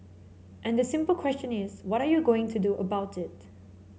and the simple question is what are you going to do about it